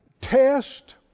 test